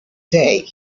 day